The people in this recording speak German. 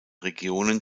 regionen